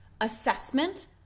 assessment